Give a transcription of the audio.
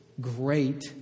great